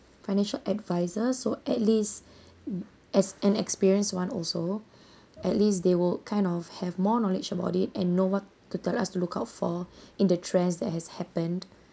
financial advisors so at least mm as an experienced one also at least they will kind of have more knowledge about it and know what to tell us to look out for in the trends that has happened